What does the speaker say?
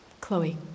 Chloe